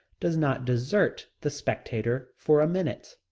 does not desert the spectator for a minute.